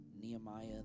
Nehemiah